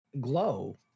glow